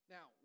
Now